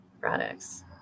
products